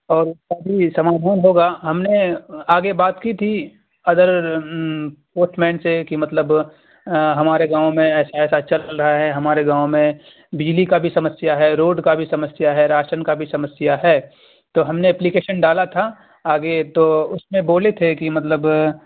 اور ابھی سمادھان ہوگا ہم نے آگے بات کی تھی اگر پوسٹ مین سے کہ مطلب ہمارے گاؤں میں ایسا ایسا چل رہا ہے ہمارے گاؤں میں بجلی کا بھی سمسیا ہے روڈ کا بھی سمسیا ہے راشن کا بھی سمسیا ہے تو ہم نے ایپلیکیشن ڈالا تھا آگے تو اس میں بولے تھے کہ مطلب